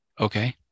Okay